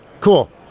cool